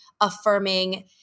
affirming